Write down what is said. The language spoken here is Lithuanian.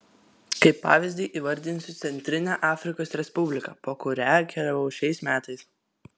kaip pavyzdį įvardinsiu centrinę afrikos respubliką po kurią keliavau šiais metais